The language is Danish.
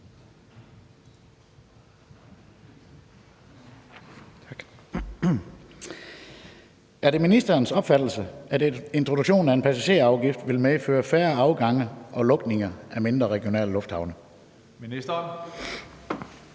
Er det ministerens opfattelse, at introduktionen af en passagerafgift vil medføre færre afgange og lukninger af mindre regionale lufthavne?